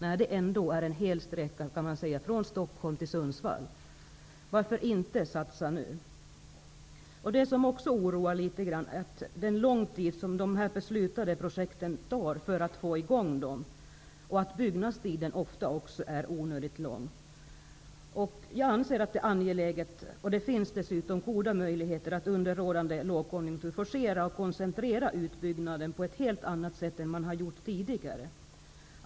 Det är ändå fråga om en hel sträcka, från Stocholm till Sundsvall. Varför inte satsa nu? En annan sak som också oroar litet grand är att det tar så lång tid att sätta i gång beslutade projekt. Dessutom är byggnadstiden ofta onödigt lång. Det finns goda möjligheter att under rådande lågkonjunktur forcera och koncentrera utbyggnaden på ett helt annat sätt än vad man har gjort tidigare.